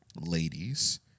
ladies